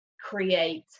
create